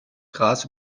gras